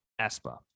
Espa